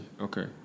Okay